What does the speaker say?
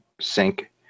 sync